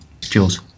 Jules